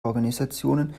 organisationen